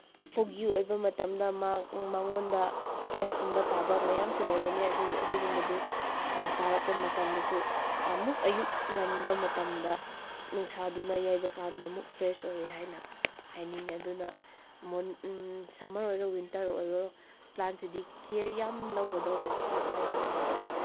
ꯐꯣꯒꯤ ꯑꯣꯏꯕ ꯃꯇꯝꯗ ꯃꯉꯣꯟꯗ ꯑꯥꯏꯁꯀꯨꯝꯕ ꯇꯥꯕ ꯃꯌꯥꯝꯁꯨ ꯂꯩꯕꯅꯦ ꯑꯗꯨ ꯑꯗꯨꯒꯨꯝꯕꯗꯨ ꯇꯥꯔꯛꯞ ꯃꯇꯝꯗꯁꯨ ꯑꯃꯨꯛ ꯑꯌꯨꯛ ꯉꯟꯕ ꯃꯇꯝꯗ ꯅꯨꯡꯁꯥꯗꯨꯅ ꯌꯩꯕ ꯀꯥꯟꯗ ꯑꯃꯨꯛ ꯐ꯭ꯔꯦꯁ ꯑꯣꯏꯌꯦ ꯍꯥꯏꯅ ꯍꯥꯏꯅꯤꯡꯉꯦ ꯑꯗꯨꯅ ꯁꯝꯃꯔ ꯑꯣꯏꯔꯣ ꯋꯤꯟꯇꯔ ꯑꯣꯏꯔꯣ ꯄ꯭ꯂꯥꯟꯁꯤꯗꯤ ꯀꯤꯌꯔ ꯌꯥꯝ ꯂꯧꯒꯗꯧꯕ ꯗꯔꯀꯥꯔ ꯌꯥꯝ ꯑꯣꯏꯌꯦ